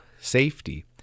Safety